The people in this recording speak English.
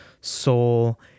soul